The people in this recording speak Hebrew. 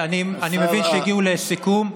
אני מבין שהגיעו לסיכום.